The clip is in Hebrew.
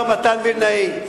מתן וילנאי,